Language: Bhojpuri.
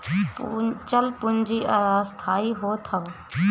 चल पूंजी अस्थाई होत हअ